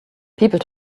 people